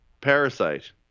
Parasite